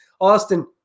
Austin